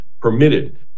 permitted